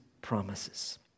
promises